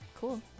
Cool